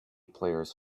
players